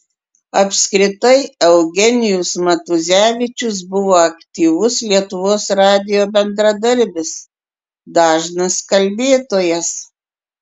apskritai eugenijus matuzevičius buvo aktyvus lietuvos radijo bendradarbis dažnas kalbėtojas